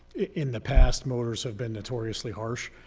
in the past, motors have been notoriously harsh